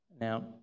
Now